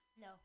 No